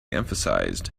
emphasized